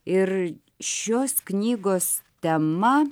ir šios knygos tema